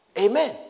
Amen